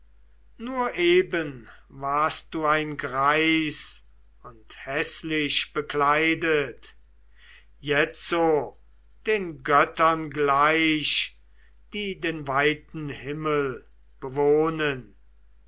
nur eben warst du ein greis und häßlich bekleidet jetzo den göttern gleich die den weiten himmel bewohnen